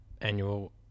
annual